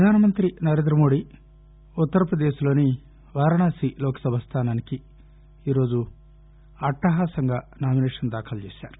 పధాసమంతి నరేందమోదీ ఉత్తర్పదేశ్లోని వారణాసి లోక్సభ స్థానానికి ఈ రోజు అట్షహాసంగా నామినేషన్ దాఖలు చేశారు